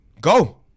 Go